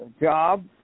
job